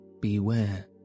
Beware